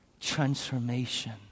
Transformation